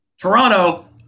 Toronto